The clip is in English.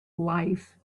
life